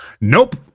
Nope